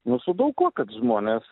nu su daug kuo kad žmonės